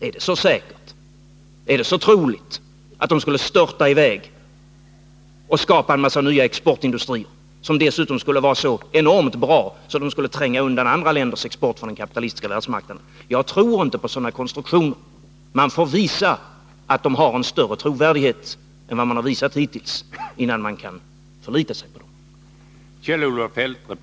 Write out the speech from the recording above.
Är det då så säkert eller ens troligt att man skulle störta i väg och skapa en massa nya exportindustrier, som dessutom skulle vara så enormt bra att de skulle tränga undan andra länders export från den kapitalistiska världsmarknaden? Jag tror inte på sådana konstruktioner. Man får visa att de har större trovärdighet än man hittills visat, innan vi kan förlita oss på dem.